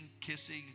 kissing